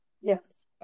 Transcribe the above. Yes